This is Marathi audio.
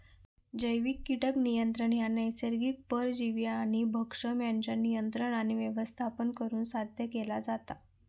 जैविक कीटक नियंत्रण ह्या नैसर्गिक परजीवी आणि भक्षक यांच्या नियंत्रण आणि व्यवस्थापन करुन साध्य केला जाता